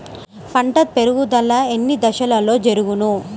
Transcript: పంట పెరుగుదల ఎన్ని దశలలో జరుగును?